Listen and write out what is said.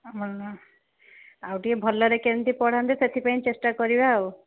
ଆମର ନା ଆଉ ଟିକିଏ ଭଲରେ କେମିତି ପଢ଼ାନ୍ତେ ସେଥିପାଇଁ ଚେଷ୍ଟା କରିବା ଆଉ